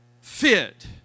fit